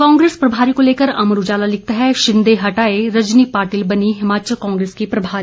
कांग्रेस प्रभारी को लेकर अमर उजाला लिखता है शिंदे हटाए रजनी पाटिल बनी हिमाचल कांग्रेस की प्रभारी